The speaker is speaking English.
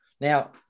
now